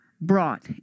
brought